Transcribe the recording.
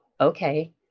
Okay